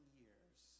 years